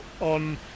on